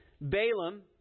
Balaam